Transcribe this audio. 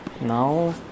Now